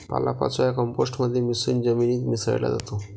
पालापाचोळा कंपोस्ट मध्ये मिसळून जमिनीत मिसळला जातो